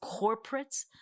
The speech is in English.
corporates